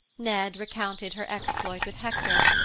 ned recounted her exploit with hector,